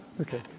Okay